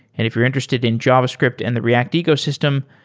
and if you're interested in javascript and the react ecosystem,